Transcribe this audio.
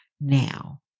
now